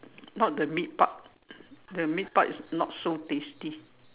not the meat part the meat part is not so tasty